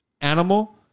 animal